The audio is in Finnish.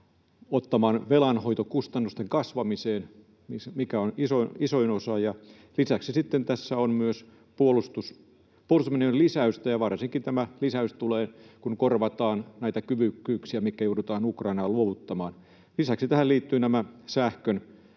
ottaman velan hoitokustannusten kasvamiseen, mikä on isoin osa. Lisäksi tässä on puolustusmenojen lisäystä, ja varsinkin tämä lisäys tulee, kun korvataan näitä kyvykkyyksiä, mitkä joudutaan Ukrainaan luovuttamaan. Lisäksi tähän liittyvät nämä sähkön